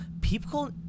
people